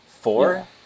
Four